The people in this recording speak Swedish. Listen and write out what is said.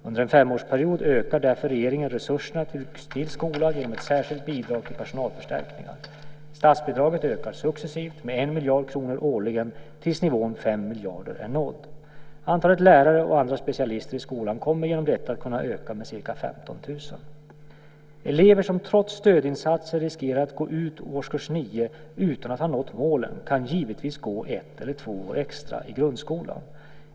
Under en femårsperiod ökar därför regeringen resurserna till skolan genom ett särskilt bidrag till personalförstärkningar. Statsbidraget ökar successivt med en miljard kronor årligen tills nivån 5 miljarder är nådd. Antalet lärare och andra specialister i skolan kommer genom detta att kunna öka med ca 15 000. Elever som trots stödinsatser riskerar att gå ut årskurs 9 utan att ha nått målen kan givetvis gå ett eller två år extra i grundskolan.